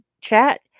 chat